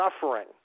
suffering